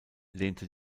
lehnte